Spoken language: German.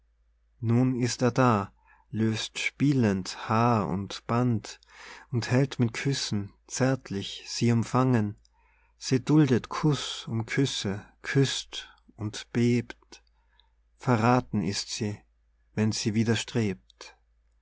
nun ist er da löst spielend haar und band und hält mit küssen zärtlich sie umfangen sie duldet kuß um küsse küßt und bebt verrathen ist sie wenn sie widerstrebt